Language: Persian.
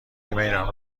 ایمیلم